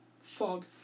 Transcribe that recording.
fog